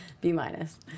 B-minus